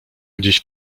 gdzieś